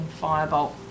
firebolt